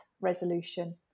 resolution